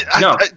no